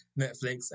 Netflix